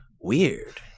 weird